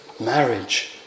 Marriage